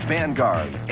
Vanguard